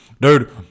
Dude